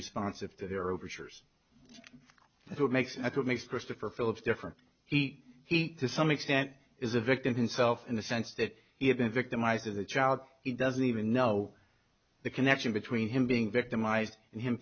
responsive to their overtures what makes and what makes christopher philips different heat heat to some extent is a victim himself in the sense that he has been victimized as a child he doesn't even know the connection between him being victimized and him